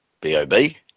B-O-B